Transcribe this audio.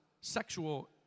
sexual